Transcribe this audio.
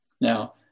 Now